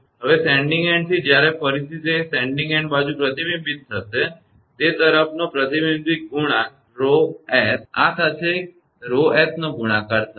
હવે સેન્ડીંગ એન્ડથી જ્યારે ફરીથી તે સેન્ડીંગ એન્ડ બાજુ પ્રતિબિંબિત થશે તે તરફનો પ્રતિબિંબ ગુણાંક 𝜌𝑠 આ સાથે 𝜌𝑠 નો ગુણાકાર થશે